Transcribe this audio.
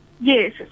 Yes